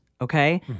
okay